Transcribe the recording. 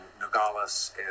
Nogales